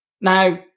Now